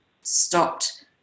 stopped